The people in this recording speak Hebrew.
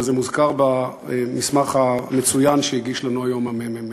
וזה מוזכר במסמך המצוין שהגיש לנו היום הממ"מ,